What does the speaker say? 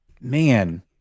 man